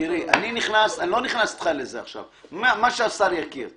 אני לא נכנס איתך לזה עכשיו, מה שהשר יכיר בו.